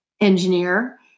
engineer